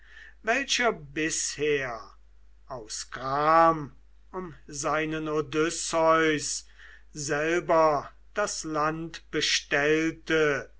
welcher bisher aus gram um seinen odysseus selber das land bestellte